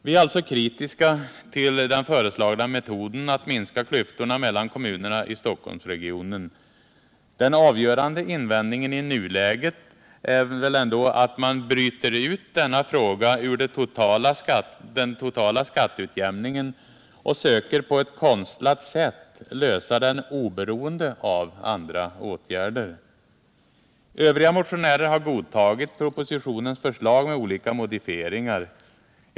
Vi är alltså kritiska till den föreslagna metoden att minska klyftorna mellan kommunerna i Stockholmsregionen. Den avgörande invändningen i nuläget är att man bryter ut denna fråga ur den totala skatteutjämningen och söker på ett konstlat sätt lösa den oberoende av andra åtgärder. Övriga motionärer har godtagit propositionens förslag med olika modifieringar.